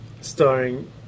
starring